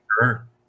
sure